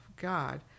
God